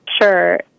Sure